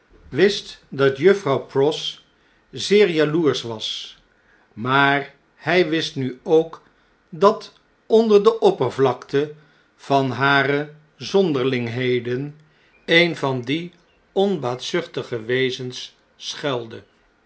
wist dat juffrouw pross zeer jaloersch was maar hn wist nu ook dat onder de oppervlakte van hare zonderlingheden een van die onbaatzuchtige wezens schuilde